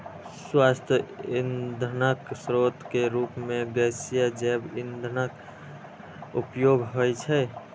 स्वच्छ ईंधनक स्रोत के रूप मे गैसीय जैव ईंधनक उपयोग होइ छै